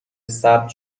ثبت